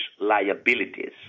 liabilities